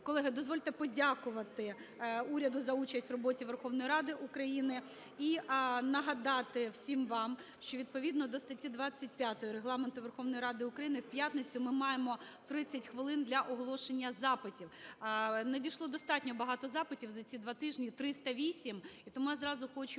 Колеги, дозвольте подякувати уряду за участь в роботі Верховної Ради України і нагадати всім вам, що відповідно до статті 25 Регламенту Верховної Ради України в п'ятницю ми маємо 30 хвилин для оголошення запитів. Надійшло достатньо багато запитів, за ці 2 тижні – 308. І тому я зразу хочу поінформувати